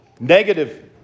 negative